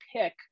pick